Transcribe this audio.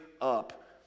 up